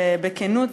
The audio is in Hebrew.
בכנות,